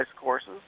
courses